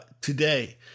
today